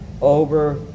over